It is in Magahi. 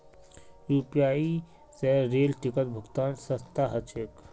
यू.पी.आई स रेल टिकट भुक्तान सस्ता ह छेक